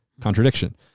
contradiction